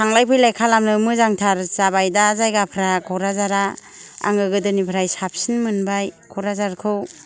थांलाय फैलाय खालामनो मोजांथार जाबाय दा जायगाफ्रा क'क्राझारा आङो गोदोनिफ्राय साबसिन मोनबाय क'क्राझारखौ